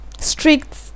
strict